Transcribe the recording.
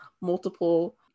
multiple